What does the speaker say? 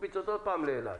מקפיצים אותו עוד פעם לאילת.